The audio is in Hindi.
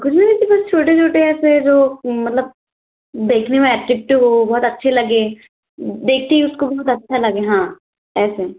कुछ भी वैसे कुछ छोटे छोटे ऐसे जो मतलब देखने में अट्रैक्टिव हो बहुत अच्छे लगें देखते ही उस को बहुत अच्छा लगे हाँ ऐसे